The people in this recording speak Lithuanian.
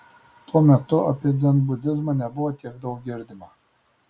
tuo metu apie dzenbudizmą nebuvo tiek daug girdima